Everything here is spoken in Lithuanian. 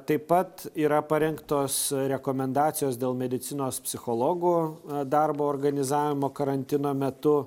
taip pat yra parengtos rekomendacijos dėl medicinos psichologų darbo organizavimo karantino metu